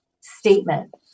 statement